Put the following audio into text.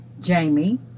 Jamie